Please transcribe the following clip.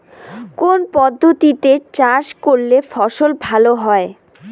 কোন পদ্ধতিতে চাষ করলে ফসল ভালো হয়?